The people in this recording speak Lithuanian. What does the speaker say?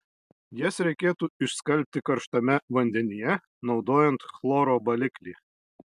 jas reikėtų išskalbti karštame vandenyje naudojant chloro baliklį